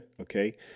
Okay